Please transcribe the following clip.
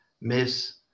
Miss